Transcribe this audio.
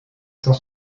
sans